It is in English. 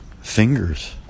fingers